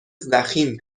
ضخیم